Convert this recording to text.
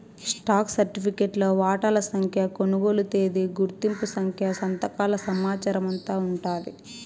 stock సరిఫికెట్లో వాటాల సంఖ్య, కొనుగోలు తేదీ, గుర్తింపు సంఖ్య, సంతకాల సమాచారమంతా ఉండాది